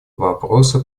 вопроса